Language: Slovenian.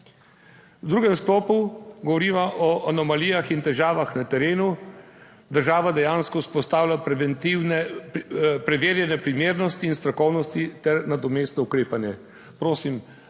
V drugem sklopu govoriva o anomalijah in težavah na terenu. Država dejansko vzpostavlja preventivne preverjanje primernosti in strokovnosti ter nadomestno ukrepanje.